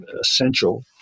essential